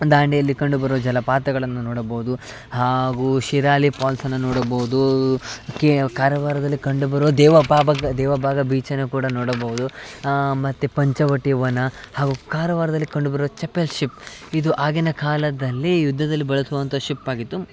ದಾಂಡೇಲಿ ಕಂಡುಬರುವ ಜಲಪಾತಗಳನ್ನು ನೋಡಬಹುದು ಹಾಗು ಶಿರಾಲಿ ಪಾಲ್ಸನ್ನು ನೋಡಬಹುದು ಕೇವ್ ಕಾರವಾರದಲ್ಲಿ ಕಂಡುಬರುವ ದೇವ ಬಾಘ ದೇವ ಬಾಘ ಬೀಚನ್ನು ಕೂಡ ನೋಡಬಹುದು ಮತ್ತು ಪಂಚವಟಿ ವನ ಹಾಗು ಕಾರವಾರದಲ್ಲಿ ಕಂಡುಬರುವ ಚಪೆಲ್ ಶಿಪ್ ಇದು ಆಗಿನ ಕಾಲದಲ್ಲಿ ಯುದ್ಧದಲ್ಲಿ ಬಳಸುವಂಥ ಶಿಪ್ ಆಗಿತ್ತು